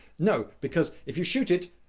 no, because if you shoot it,